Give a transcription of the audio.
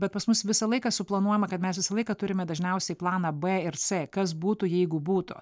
bet pas mus visą laiką suplanuojama kad mes visą laiką turime dažniausiai planą b ir c kas būtų jeigu būtų